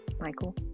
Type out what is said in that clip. Michael